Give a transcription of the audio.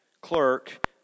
clerk